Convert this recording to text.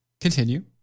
Continue